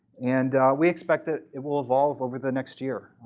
and we expect that it will evolve over the next year.